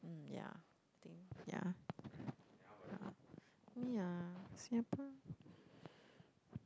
um yeah I think yeah